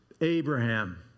Abraham